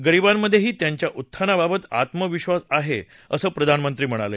गरींबामधेही त्यांच्या उत्थानाबाबत आत्मविक्वास आहे असं प्रधानमंत्री म्हणाले